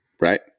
right